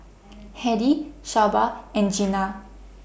Hedy Shelba and Jeana